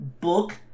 book